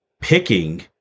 picking